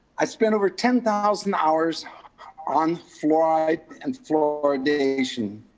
i spent over ten thousand hours on fluoride and fluoridation.